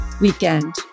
weekend